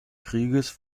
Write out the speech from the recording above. krieges